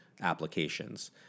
applications